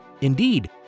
Indeed